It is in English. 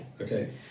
okay